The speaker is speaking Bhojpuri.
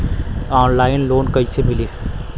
ऑनलाइन लोन कइसे मिली?